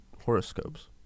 horoscopes